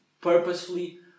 purposefully